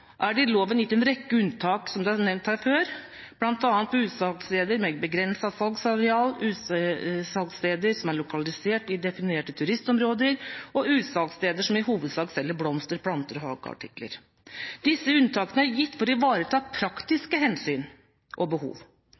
er det i loven gitt en rekke unntak – som det er nevnt her før – for bl.a. utsalgssteder med begrenset salgsareal, utsalgssteder som er lokalisert i definerte turistområder, og utsalgssteder som i hovedsak selger blomster, planter og hageartikler. Disse unntakene er gitt for å ivareta praktiske hensyn og behov.